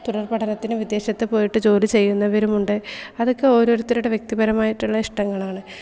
തുടർപഠനത്തിന് വിദേശത്ത് പോയിട്ട് ജോലി ചെയ്യുന്നവരുമുണ്ട് അതൊക്കെ ഓരോരുത്തരുടെ വ്യക്തിപരമായിട്ടുള്ള ഇഷ്ടങ്ങളാണ്